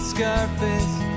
Scarface